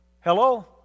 Hello